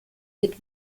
wird